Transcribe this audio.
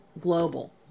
global